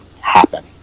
happen